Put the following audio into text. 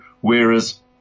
Whereas